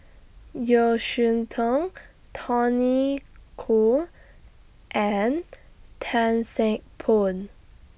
Yeo Cheow Tong Tony Khoo and Tan Seng Poh